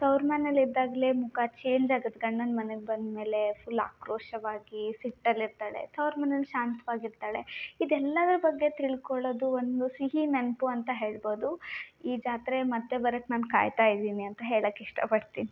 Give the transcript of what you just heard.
ತೌರು ಮನೇಲಿ ಇದ್ದಾಗಲೇ ಮುಖ ಚೇಂಜ್ ಆಗೋದು ಗಂಡನ ಮನೆ ಬಂದಮೇಲೇ ಫುಲ್ ಆಕ್ರೋಶವಾಗಿ ಸಿಟ್ಟಲ್ಲಿ ಇರ್ತಾಳೆ ತೌರು ಮನೇಲಿ ಶಾಂತವಾಗಿರ್ತಾಳೆ ಇದೆಲ್ಲದರ ಬಗ್ಗೆ ತಿಳ್ಕೋಳ್ಳೋದು ಒಂದು ಸಿಹಿ ನೆನಪು ಅಂತ ಹೇಳ್ಬೋದು ಈ ಜಾತ್ರೆ ಮತ್ತು ಬರೋಕ್ ನಾನು ಕಾಯ್ತಾ ಇದೀನಿ ಅಂತ ಹೇಳೋಕ್ ಇಷ್ಟಪಡ್ತಿನಿ